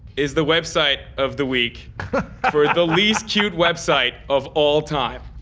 is the website of the week. for the least cute website. of all time!